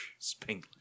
Spanglish